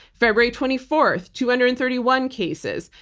february twenty four, two hundred and thirty one cases.